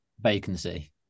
vacancy